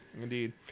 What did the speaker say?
Indeed